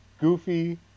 goofy